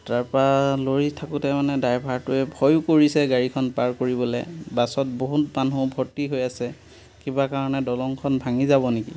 তাৰপৰা লৰি থাকোঁতে মানে ড্ৰাইভাৰটোৱে ভয়ো কৰিছে গাড়ীখন পাৰ কৰিবলৈ বাছত বহুত মানুহ ভৰ্তি হৈ আছে কিবা কাৰণে দলঙখন ভাঙি যাব নেকি